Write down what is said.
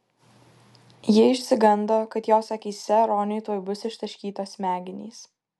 ji išsigando kad jos akyse roniui tuoj bus ištaškytos smegenys